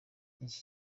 iki